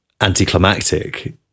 anticlimactic